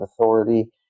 authority